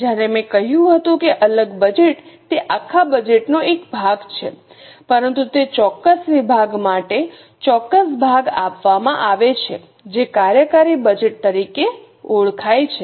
જ્યારે મેં કહ્યું હતું કે અલગ બજેટ તે આખા બજેટ નો એક ભાગ છે પરંતુ તે ચોક્કસ વિભાગ માટે ચોક્કસ ભાગ આપવામાં આવે છે જે કાર્યકારી બજેટ તરીકે ઓળખાય છે